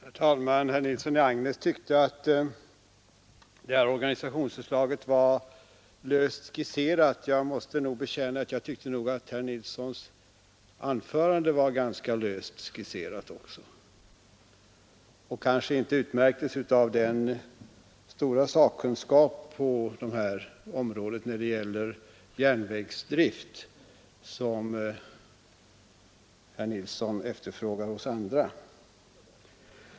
Herr talman! Herr Nilsson i Agnäs tyckte att det här organisationsförslaget var löst skisserat. Jag måste nog bekänna att jag tyckte att herr Nilssons anförande var ganska löst skisserat och kanske inte utmärktes av den stora sakkunskap när det gäller järnvägsdrift som herr Nilsson efterlyste hos andra.